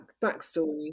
backstory